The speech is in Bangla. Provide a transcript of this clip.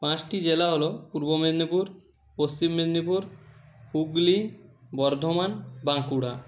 পাঁচটি জেলা হলো পূর্ব মেদিনীপুর পশ্চিম মেদিনীপুর হুগলি বর্ধমান বাঁকুড়া